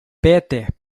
peter